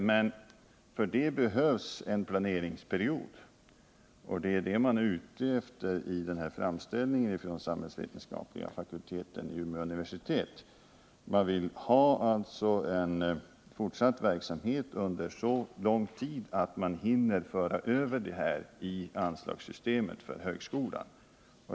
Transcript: Men för det behövs en planeringsperiod — och det är det man är ute efter i framställningen från samhällsvetenskapliga fakulteten vid Umeå universitet. Man vill att den nu pågående verksamheten skall fortsätta under så lång tid att man hinner föra över det hela till anslagssystemet för högskolan.